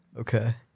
Okay